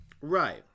Right